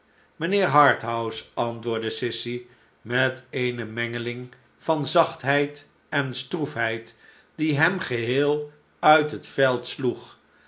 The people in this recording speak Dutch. mijnheer harthouse antwoordde sissy met eene mengeling van zachtheid en stroefheid die hem geheel uit het veld sloeg